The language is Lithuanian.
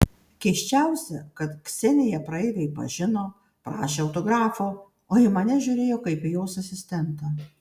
keisčiausia kad kseniją praeiviai pažino prašė autografo o į mane žiūrėjo kaip į jos asistentą